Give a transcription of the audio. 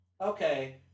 Okay